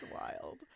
wild